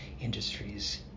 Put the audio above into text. industries